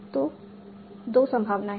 तो दो संभावनाएं हैं